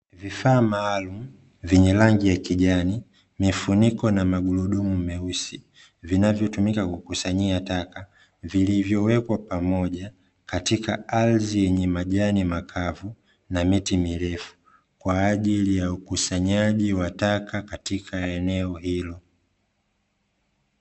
Vifaa maalumu, vyenye rangi ya kijani, mifuniko na magurudumu meusi, vinavyotumika kukusanyia taka, vilivyowekwa pamoja katika ardhi yenye majani makavu na miti mirefu, kwa ajili ya ukusanyaji wa taka katika eneo hilo.